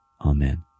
Amen